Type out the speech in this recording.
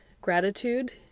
gratitude